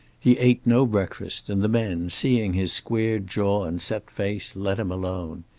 he ate no breakfast, and the men, seeing his squared jaw and set face, let him alone.